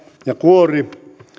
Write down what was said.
ja kuoresta